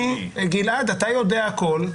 גלעד, אתה יודע הכול.